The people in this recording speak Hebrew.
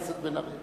חבר הכנסת בן-ארי,